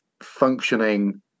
functioning